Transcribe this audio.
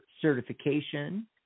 certification